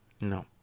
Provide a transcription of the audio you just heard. no